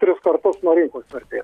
tris kartus nuo rinkos vertės